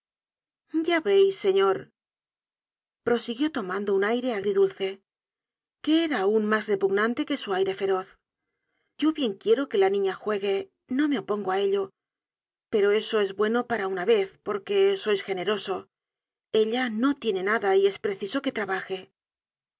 ya veis señor prosiguió tomando su aire agridulce que era aun mas repugnante que su aire feroz yo bien quiero que la niña juegue no me opongo á ello pero eso es bueno para una vez porque sois generoso ella no tiene nada y es preciso que trabaje